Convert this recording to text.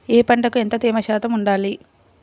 ఏ పంటకు ఎంత తేమ శాతం ఉండాలి?